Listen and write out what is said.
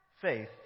faith